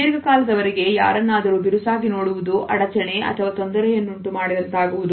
ದೀರ್ಘಕಾಲದವರೆಗೆ ಯಾರನ್ನಾದರೂ ಬಿರುಸಾಗಿ ನೋಡುವುದು ಅಡಚಣೆ ಅಥವಾ ತೊಂದರೆಯನ್ನುಂಟು ಮಾಡಿದಂತಾಗುವುದು